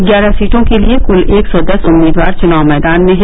ग्यारह सीटों के लिये कुल एक सौ दस उम्मीदवार चुनाव मैदान में हैं